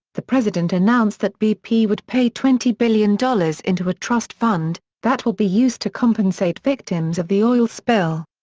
the president announced that bp would pay twenty billion dollars into a trust fund, that will be used to compensate victims of the oil spill.